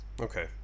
Okay